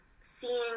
Seeing